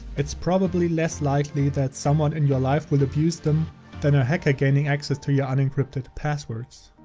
it's probably less likely that someone in your life will abuse them than a hacker gaining access to your unencrypted passwords.